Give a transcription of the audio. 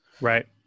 Right